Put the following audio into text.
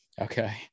Okay